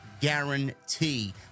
guarantee